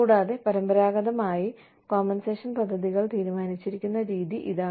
കൂടാതെ പരമ്പരാഗതമായി കോമ്പൻസേഷൻ പദ്ധതികൾ തീരുമാനിച്ചിരിക്കുന്ന രീതി ഇതാണ്